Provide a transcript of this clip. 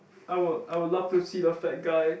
I would I would love to see the fat guy